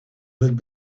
had